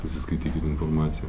pasiskaitykit informaciją